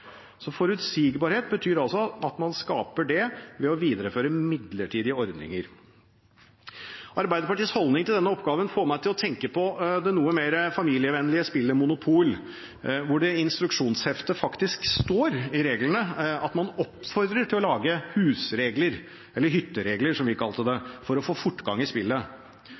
Forutsigbarhet betyr altså at man skaper det ved å videreføre midlertidige ordninger. Arbeiderpartiets holdning til denne oppgaven får meg til å tenke på det noe mer familievennlige spillet Monopol, hvor det i instruksjonsheftet faktisk står i reglene at man oppfordrer til å lage husregler – eller hytteregler, som vi kalte det – for å få fortgang i spillet.